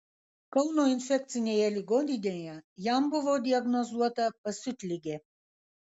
kauno infekcinėje ligoninėje jam buvo diagnozuota pasiutligė